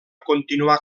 continuar